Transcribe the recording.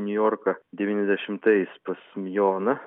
niujorką devyniasdešimtais pas joną